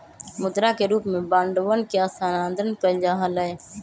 मुद्रा के रूप में बांडवन के स्थानांतरण कइल जा हलय